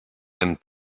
and